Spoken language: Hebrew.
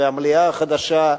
והמליאה החדשה,